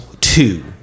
two